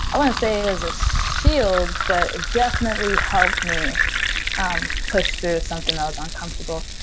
i wouldn't say as a shield, but definitely helped me um push through something that was uncomfortable.